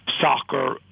Soccer